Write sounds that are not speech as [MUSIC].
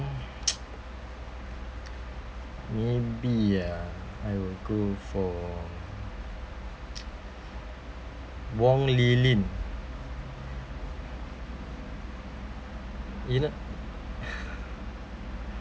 [NOISE] maybe uh I will go for wong li lin you know